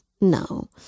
no